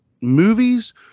movies